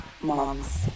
Moms